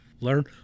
Learn